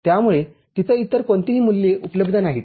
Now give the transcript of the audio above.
त्यामुळे तिथे इतर कोणतीही मूल्ये उपलब्ध नाहीत